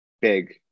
big